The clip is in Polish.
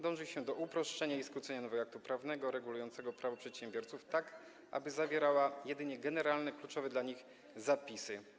Dąży się do uproszczenia i skrócenia nowego aktu prawnego regulującego Prawo przedsiębiorców, tak aby zawierał jedynie generalne, kluczowe dla nich zapisy.